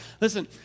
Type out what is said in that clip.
listen